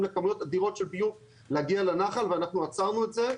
לכמויות אדירות של ביוב להגיע לנחל ואנחנו עצרנו את זה.